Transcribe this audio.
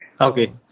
okay